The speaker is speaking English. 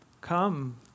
come